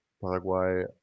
Paraguay